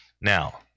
Now